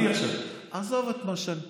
עזוב את מה, פה,